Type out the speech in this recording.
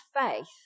faith